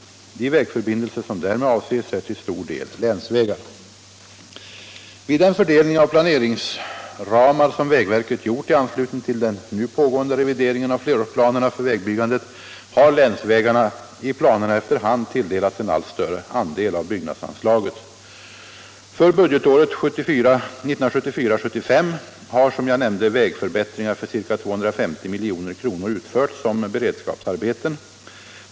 De vägförbindelser som därmed avses är till stor del länsvägar. Vid den fördelning av planeringsramar som vägverket gjort i anslutning till den nu pågående revideringen av flerårsplanerna för vägbyggandet har länsvägarna i planerna efter hand tilldelats en allt större andel av byggnadsanslaget. För budgetåret 1974/75 har, som jag nämnde, vägförbättringar för ca 250 milj.kr. utförts som beredskapsarbeten.